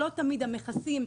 שלא תמיד המכסים,